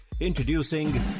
Introducing